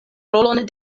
rolon